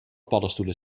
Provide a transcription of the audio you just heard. paddenstoelen